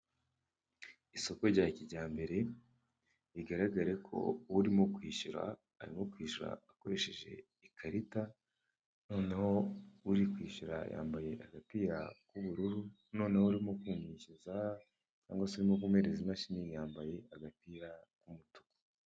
Isoko rya kijyambere, bigaragare ko urimo kwishyura arimo kwishyura akoresheje ikarita, noneho uri kwishyura yambaye agapira k'ubururu , noneho urimo kumwishyuza cyangwa se urimo kumuhereza imashini, yambaye agapira k'umutuku.